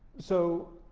so,